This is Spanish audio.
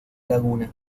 laguna